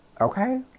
Okay